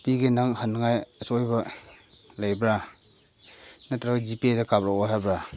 ꯄꯤꯒꯦ ꯅꯪ ꯍꯟꯅꯉꯥꯏ ꯑꯆꯣꯏꯕ ꯂꯩꯕ꯭ꯔꯥ ꯅꯠꯇ꯭ꯔꯒ ꯖꯤꯄꯦꯗ ꯀꯥꯞꯂꯛꯑꯣ ꯍꯥꯏꯕ꯭ꯔꯥ